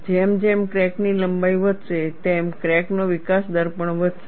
જેમ જેમ ક્રેક ની લંબાઈ વધશે તેમ ક્રેક નો વિકાસ દર પણ વધશે